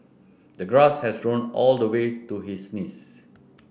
the grass has grown all the way to his knees